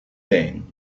thing